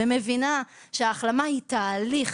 ומבינה שהחלמה היא תהליך,